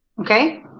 Okay